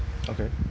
okay